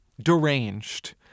deranged